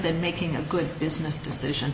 than making a good business decision